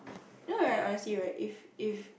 you know right honestly right if if